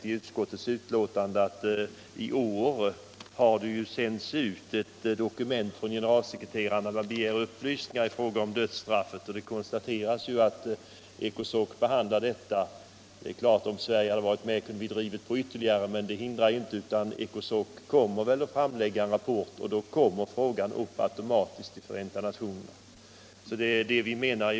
I utskottsbetänkandet nämns att generalsekreteraren sänt ut ett frågeformulär om staternas syn på dödsstraffet. ECOSOC behandlar nu frågan. Om Sverige varit med där skulle vi ha kunnat driva på ytterligare. ECOSOC kommer emellertid att framlägga en rapport, och då kommer frågan automatiskt upp i Förenta nationerna.